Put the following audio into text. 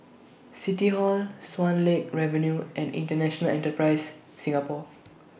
City Hall Swan Lake Avenue and International Enterprise Singapore